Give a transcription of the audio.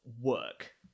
work